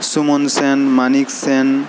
Suman Sen Manik Sen